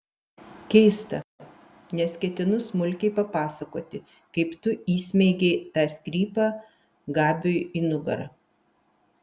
keista nes ketinu smulkiai papasakoti kaip tu įsmeigei tą strypą gabiui į nugarą